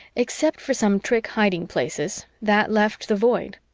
except for some trick hiding places, that left the void,